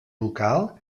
local